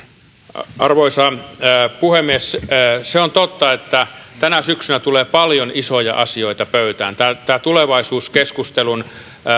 arvoisa puhemies se on totta että tänä syksynä tulee paljon isoja asioita pöytään tulevaisuuskeskustelun